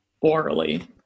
orally